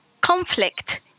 conflict